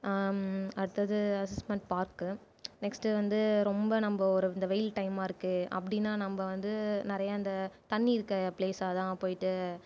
அடுத்தது அசஸ்மெண்ட் பார்க்கு நெக்ஸ்ட்டு வந்து ரொம்ப நம்ம ஒரு இந்த வெயில் டைம்மாக இருக்குது அப்படின்னா நம்ம வந்து நிறைய அந்த தண்ணி இருக்கற ப்ளேஸா தான் போயிட்டு